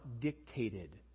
dictated